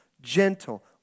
gentle